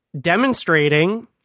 demonstrating